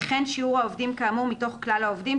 וכן שיעור העובדים כאמור מתוך כלל העובדים,